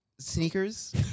Sneakers